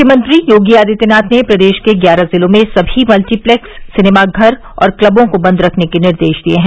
मुख्यमंत्री योगी आदित्यनाथ ने प्रदेश के ग्यारह जिलों में समी मल्टीप्लेक्स सिनेमाघर और क्लबों को बन्द रखने के निर्देश दिए हैं